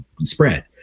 spread